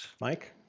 Mike